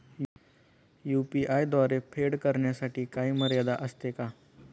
UPI द्वारे फेड करण्यासाठी काही मर्यादा असते का?